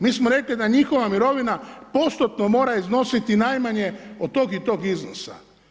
Mi smo rekli da njihova mirovina postotno mora iznositi najmanje od tog i tog iznosa.